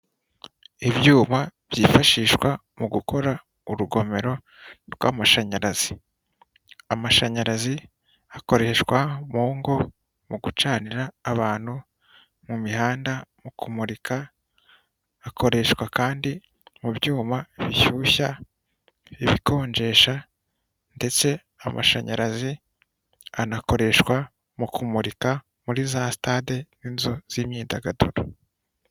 Ibyuma byifashishwa mu gukora urugomero rw'amashanyarazi ,amashanyarazi akoreshwa mu ngo mu gucanira abantu, mu mihanda, mu kumurika, akoreshwa kandi mu byuma bishyushya, ibikonjesha ndetse amashanyarazi anakoreshwa mu kumurika muri za stade inzu z'imyidagaduro .